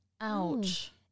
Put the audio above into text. Ouch